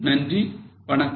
நன்றி வணக்கம்